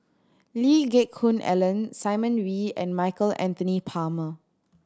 Lee Geck Hoon Ellen Simon Wee and Michael Anthony Palmer